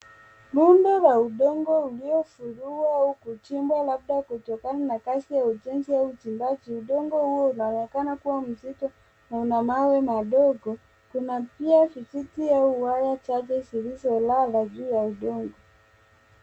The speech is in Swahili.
Muundo wa udongo uliofungua au kuchimbwa labda kutokana na kazi ya ujenzi au uchimbaji, udongo huo unaonekana kua mziti na una mawe madogo kuna pia vijiti au mawe chache zilizolala juu ya udongo.